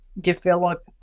develop